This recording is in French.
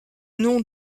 nom